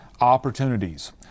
opportunities